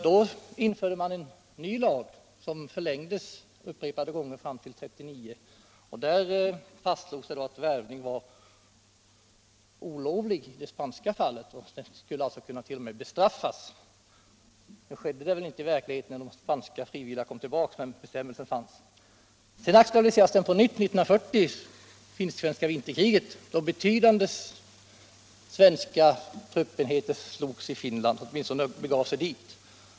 Då införde man en ny lag, som förlängdes upprepade gånger fram till 1939. Det fastslogs att värvning var olovlig i det spanska fallet och t.o.m. skulle kunna bestraffas. Så skedde väl inte i verkligheten när de som tjänstgjort i spanska inbördeskriget kom tillbaka till Sverige, men bestämmelsen fanns. Sedan aktualiserades frågan på nytt 1940 under finska vinterkriget, då ett betydande antal svenska truppenheter slogs i Finland eller åtminstone begav sig dit.